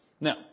Now